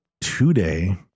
today